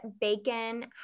bacon